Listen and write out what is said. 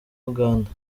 uganda